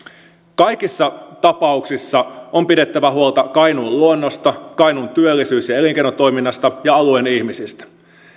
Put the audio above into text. kaikissa tapauksissa on pidettävä huolta kainuun luonnosta kainuun työllisyys ja ja elinkeinotoiminnasta ja alueen ihmisistä